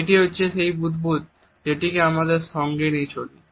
এটি হচ্ছে সেই বুদবুদ যেদিকে আমরা সঙ্গে নিয়ে চলি